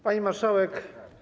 Pani Marszałek!